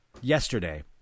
yesterday